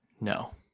No